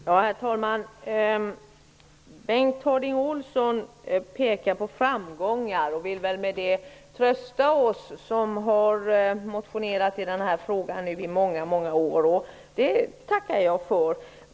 Herr talman! Bengt Harding Olson pekar på framgångar och vill väl med det trösta oss som har motionerat i denna fråga i många år. Det tackar jag för.